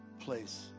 place